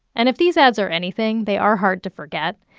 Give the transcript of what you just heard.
and if these ads are anything, they are hard to forget.